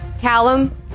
Callum